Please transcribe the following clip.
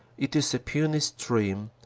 it is a puny stream,